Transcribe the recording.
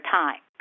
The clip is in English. time